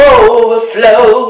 overflow